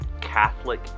Catholic